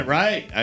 right